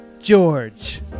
George